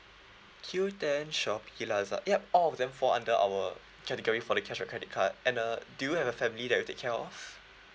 Q ten shopee laza~ ya all of them fall under our category for the cashback credit card and uh do you have a family that you take care of